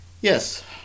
Yes